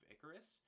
Icarus